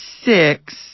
six